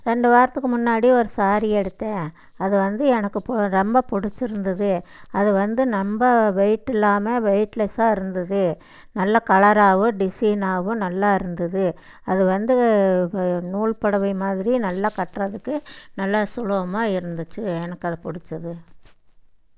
ரெண்டு வாரத்துக்கு முன்னாடி ஒரு ஸாரி எடுத்தேன் அது வந்து எனக்கு ரொம்ப பிடிச்சிருந்துது அது வந்து ரொம்ப வெயிட் இல்லாமல் வெயிட்லெஸாக இருந்தது நல்ல கலராகவும் டிஸைனாகவும் நல்லா இருந்தது அது வந்து நூல் புடவை மாதிரி நல்லா கட்டுறதுக்கு நல்லா சுலபமாக இருந்துச்சு எனக்கு அது பிடிச்சது